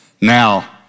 Now